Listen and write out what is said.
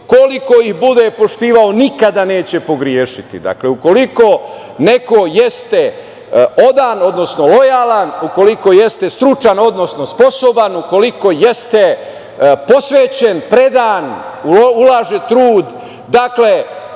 koliko ih bude poštovao nikada neće pogrešiti. Dakle, ukoliko neko jeste odan, odnosno lojalan, ukoliko jeste stručan, odnosno sposoban, ukoliko jeste posvećen, predan, ulaže trud, dakle,